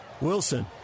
Wilson